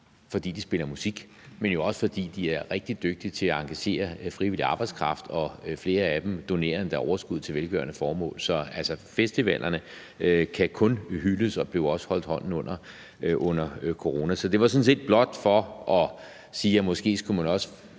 fordi de spiller musik, men jo også fordi de er rigtig dygtige til at engagere frivillig arbejdskraft, og flere af dem donerer endda overskuddet til velgørende formål. Så festivalerne kan kun hyldes, og vi holdt også hånden under dem under corona, så det var sådan set blot for at sige, at måske skulle man også